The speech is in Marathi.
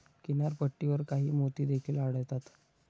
किनारपट्टीवर काही मोती देखील आढळतात